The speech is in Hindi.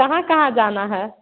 कहाँ कहाँ जाना है